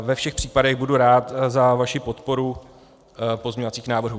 Ve všech případech budu rád za vaši podporu pozměňovacích návrhů.